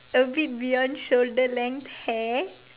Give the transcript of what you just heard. a bit beyond shoulder length hair